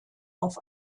auf